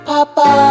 Papa